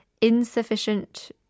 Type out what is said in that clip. insufficient